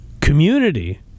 community